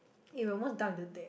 eh we are almost done with the deck